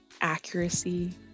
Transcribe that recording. accuracy